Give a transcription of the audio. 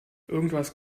irgendwas